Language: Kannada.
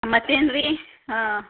ಮತ್ತೇನು ರೀ ಹಾಂ